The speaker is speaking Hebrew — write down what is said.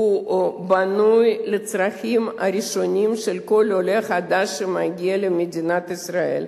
הקליטה בנוי לצרכים הראשוניים של כל עולה חדש שמגיע למדינת ישראל.